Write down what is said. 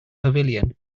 pavilion